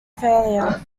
failure